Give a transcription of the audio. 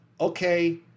okay